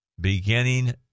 beginning